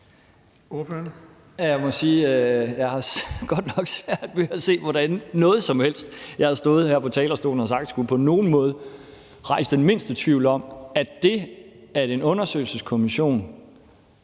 jeg godt nok har svært ved at se, hvordan noget som helst af det, jeg har stået her på talerstolen og sagt, på nogen måde skulle kunne rejse den mindste tvivl om, at en undersøgelseskommission,